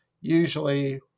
usually